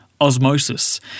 osmosis